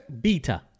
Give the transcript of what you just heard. beta